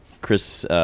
Chris